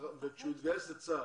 כשהוא התגייס לצה"ל,